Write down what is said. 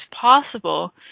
possible